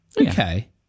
Okay